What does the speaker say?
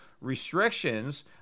restrictions